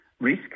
risk